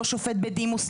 לא שופט בדימוס,